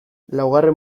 laugarren